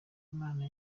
imana